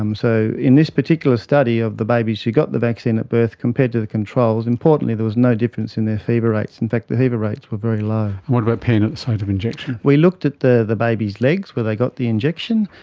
um so in this particular study of the babies who got the vaccine at birth compared to the controls, importantly there was no different in their fever rates, in fact the fever rates were very low. and what about pain at the site of injection? we looked at the the baby's legs where they got the injection.